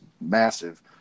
massive